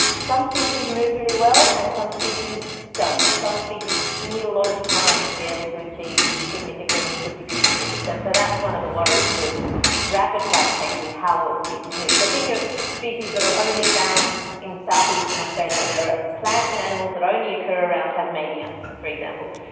some species move really well and some species don't. some species need a lot of time to be able to achieve significant distribution shifts. and so that's one of the worries with rapid climate change, is how will species move. so think of species that are only found in south-eastern australia. there are plants and animals that only occur around tasmania, for example.